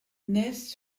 naissent